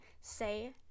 say